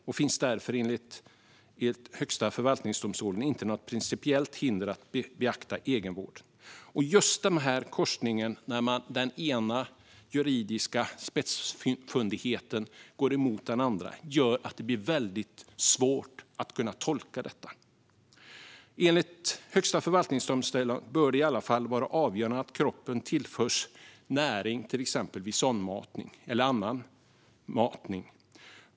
Det finns därför enligt Högsta förvaltningsdomstolen inte något principiellt hinder mot att beakta egenvård vid bedömningen av om det föreligger rätt till personlig assistans eller assistansersättning. Just när den ena juridiska spetsfundigheten går emot den andra blir det väldigt svårt att tolka detta. Enligt Högsta förvaltningsdomstolen bör det vara avgörande att kroppen tillförs näring, till exempel vid sondmatning eller annan matning.